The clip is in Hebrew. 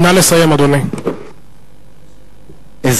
אדוני, נא לסיים.